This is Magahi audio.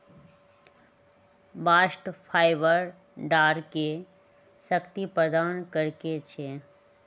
बास्ट फाइबर डांरके शक्ति प्रदान करइ छै